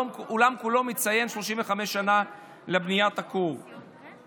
העולם כולו מציין 35 שנה לבניית כיפת הכור.